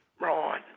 Right